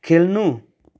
खेल्नु